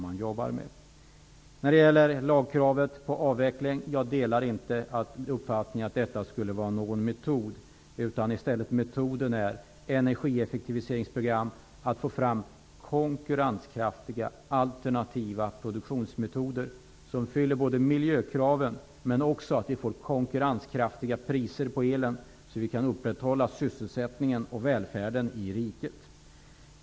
Jag delar inte uppfattningen att en lag för avveckling skulle vara en bra metod. Man skall i stället ha energieffektiviseringsprogram. Man skall få fram konkurrenskraftiga, alternativa produktionsmetoder som uppfyller miljökraven och som också gör att det blir konkurrenskraftiga priser på elen. På så sätt kan sysselsättningen och välfärden i riket upprätthållas.